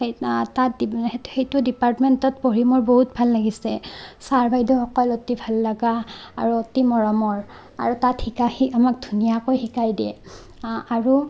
সেই তাত সেইটো ডিপাৰ্টমেণ্টত পঢ়ি মোৰ বহুত ভাল লাগিছে ছাৰ বাইদেউসকল অতি ভাল লগা আৰু অতি মৰমৰ আৰু তাত শিকা শি আমাক ধুনীয়াকৈ শিকাই দিয়ে আৰু